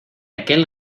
aquel